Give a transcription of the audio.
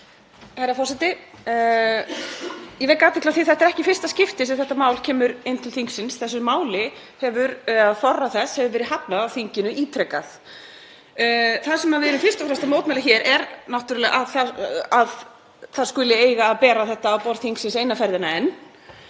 Herra forseti. Ég vek athygli á því að þetta er ekki í fyrsta skipti sem þetta mál kemur inn til þingsins. Meginhluta þess hefur verið hafnað af þinginu ítrekað. Það sem við erum fyrst og fremst að mótmæla hér er náttúrlega að það skuli eiga að bera þetta á borð þingsins eina ferðina enn,